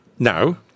Now